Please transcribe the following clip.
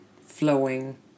flowing